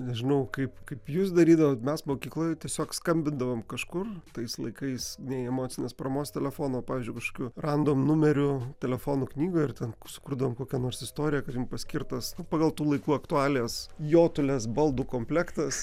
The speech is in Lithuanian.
nežinau kaip kaip jūs darydavot mes mokykloje tiesiog skambindavom kažkur tais laikais nei emocinės paramos telefono pavyzdžiui kažkokiu radom numerių telefonų knygoj ir ten sukurdavom kokią nors istoriją kad jum paskirtas pagal tų laikų aktualijas jotulės baldų komplektas